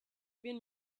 been